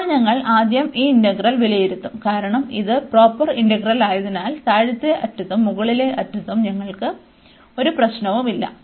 ഇപ്പോൾ ഞങ്ങൾ ആദ്യം ഈ ഇന്റഗ്രൽ വിലയിരുത്തും കാരണം ഇത് പ്രോപ്പർ ഇന്റഗ്രലായതിനാൽ താഴത്തെ അറ്റത്തും മുകളിലെ അറ്റത്തും ഞങ്ങൾക്ക് ഒരു പ്രശ്നവുമില്ല